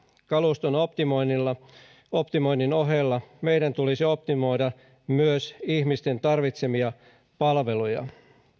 kaluston optimoinnin ohella meidän tulisi optimoida myös ihmisten tarvitsemia palveluja